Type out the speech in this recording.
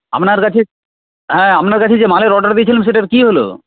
আপনার কাছে হ্যাঁ আপনার কাছে যে মালের অর্ডার দিয়েছিলাম সেটার কী হল